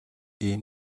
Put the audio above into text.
ийм